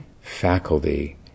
faculty